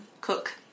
Cook